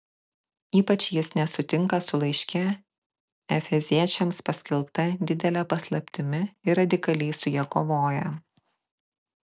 ypač jis nesutinka su laiške efeziečiams paskelbta didele paslaptimi ir radikaliai su ja kovoja